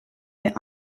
wir